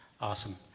Awesome